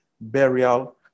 burial